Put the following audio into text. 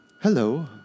Hello